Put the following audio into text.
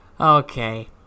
Okay